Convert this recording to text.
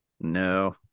No